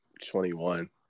21